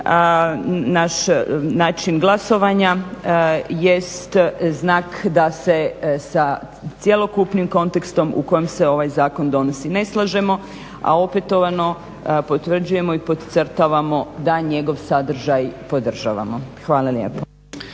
naš način glasovanja jest znak da se sa cjelokupnim kontekstom u kojem se ovaj zakon donosi ne slažemo, a opetovano potvrđujemo i podcrtavamo da njegov sadržaj podržavamo. Hvala lijepo.